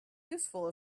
useful